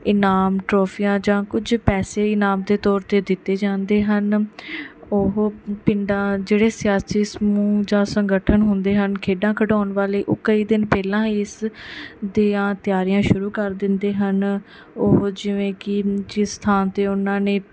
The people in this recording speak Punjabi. ਇਨਾਮ ਟਰੋਫੀਆਂ ਜਾਂ ਕੁਝ ਪੈਸੇ ਇਨਾਮ ਦੇ ਤੌਰ 'ਤੇ ਦਿੱਤੇ ਜਾਂਦੇ ਹਨ ਉਹ ਪਿੰਡਾਂ ਜਿਹੜੇ ਸਿਆਸੀ ਸਮੂਹ ਜਾਂ ਸੰਗਠਨ ਹੁੰਦੇ ਹਨ ਖੇਡਾਂ ਖਿਡਾਉਣ ਵਾਲੇ ਉਹ ਕਈ ਦਿਨ ਪਹਿਲਾਂ ਇਸ ਦੀਆਂ ਤਿਆਰੀਆਂ ਸ਼ੁਰੂ ਕਰ ਦਿੰਦੇ ਹਨ ਉਹ ਜਿਵੇਂ ਕਿ ਜਿਸ ਥਾਂ 'ਤੇ ਉਹਨਾਂ ਨੇ